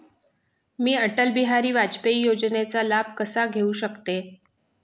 मी अटल बिहारी वाजपेयी योजनेचा लाभ कसा घेऊ शकते?